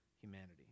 humanity